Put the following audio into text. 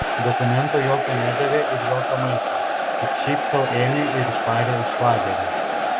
dokumento jokio nedavė ir jokio maisto tik šiaip sau ėmė ir išvarė iš lagerio